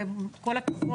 אז עם כל הכבוד,